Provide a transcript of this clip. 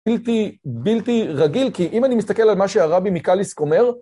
בלתי רגיל, כי אם אני מסתכל על מה שהרבי מקליסק אומר